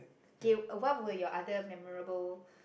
k what would your other memorable